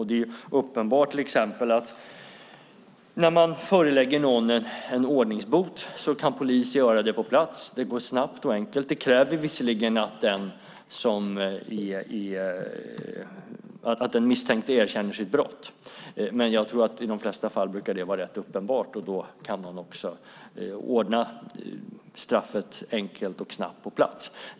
Det är uppenbart att när man förelägger någon en ordningsbot kan polisen göra det på plats, det går snabbt och enkelt. Det kräver visserligen att den misstänkte erkänner sitt brott, men jag tror att det i de flesta fall brukar vara rätt uppenbart. Då kan man ordna straffet enkelt och snabbt på plats.